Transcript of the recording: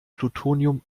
plutonium